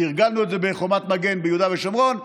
תרגלנו את זה בחומת מגן ביהודה ושומרון,